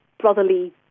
brotherly